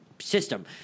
system